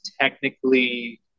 technically